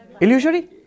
Illusory